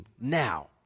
now